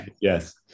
yes